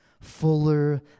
fuller